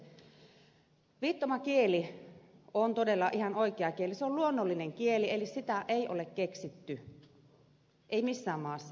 viittomakieli on todella ihan oikea kieli se on luonnollinen kieli eli sitä ei ole keksitty ei missään maassa